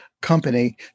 company